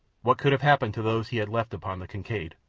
what could have happened to those he had left upon the kincaid?